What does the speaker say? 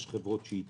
יש חברות שהתייעלו,